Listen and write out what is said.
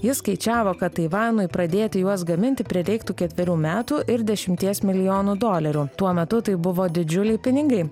jis skaičiavo kad taivanui pradėti juos gaminti prireiktų ketverių metų ir dešimties milijonų dolerių tuo metu tai buvo didžiuliai pinigai